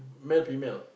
male female